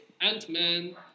Ant-Man